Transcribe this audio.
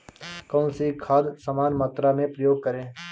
कौन सी खाद समान मात्रा में प्रयोग करें?